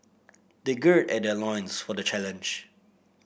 they gird their loins for the challenge